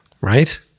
right